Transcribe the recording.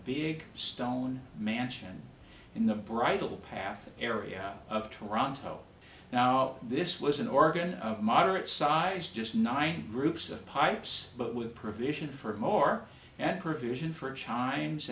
big stone mansion in the bridle path area of toronto now this was an organ of moderate size just nine groups of pipes but with provision for more and provision for a chines